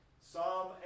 Psalm